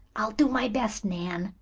i'll do my best, nan,